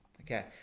Okay